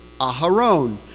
Aharon